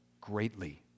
greatly